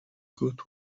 good